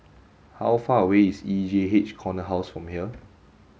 how far away is E J H Corner House from here